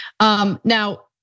Now